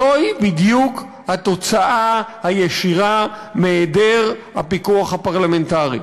זו בדיוק התוצאה הישירה מהיעדר הפיקוח הפרלמנטרי.